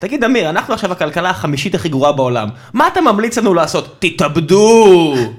תגיד אמיר, אנחנו עכשיו הכלכלה החמישית הכי גרועה בעולם. מה אתה ממליץ לנו לעשות? תתאבדו!